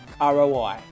ROI